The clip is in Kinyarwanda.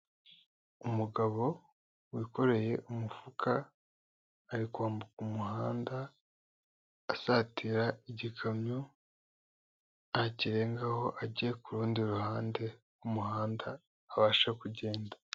Umugabo wikoreye umufuka ari kwambuka umuhanda asatira igikamyo, nakirengaho ajye ku rundi ruhande rw'umuhanda abashe kugenda.